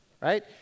right